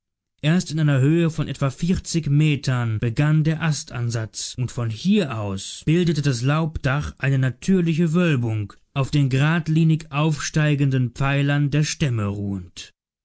erst in einer höhe von etwa vierzig metern begann der astansatz und von hier aus bildete das laubdach eine natürliche wölbung auf den geradlinig aufsteigenden pfeilern der stämme ruhend